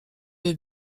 eux